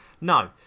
No